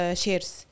shares